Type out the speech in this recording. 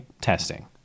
testing